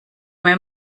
mir